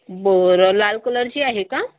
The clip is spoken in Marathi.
बरं लाल कलरची आहे का